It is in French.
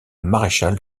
maréchal